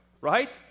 right